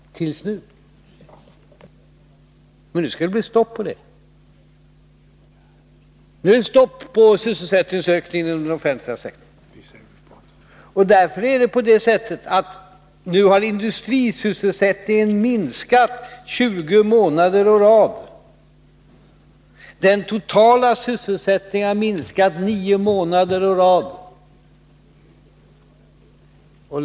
Javisst. Men nu skall det bli stopp för det. Nu är det stopp på sysselsättningsökningen inom den offentliga sektorn. Därför är det på det sättet att industrisysselsättningen nu minskat 20 månader å rad. Den totala sysselsättningen har minskat nio månader å rad.